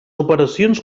operacions